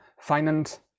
finance